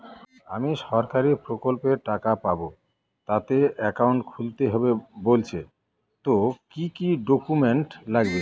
আমি সরকারি প্রকল্পের টাকা পাবো তাতে একাউন্ট খুলতে হবে বলছে তো কি কী ডকুমেন্ট লাগবে?